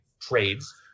trades